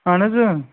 اَہَن حظ